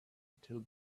until